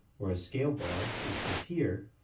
or a scale bar, which was here,